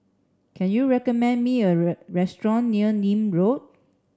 can you recommend me a restaurant near Nim Road